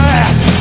ass